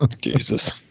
Jesus